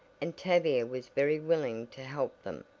and tavia was very willing to help them.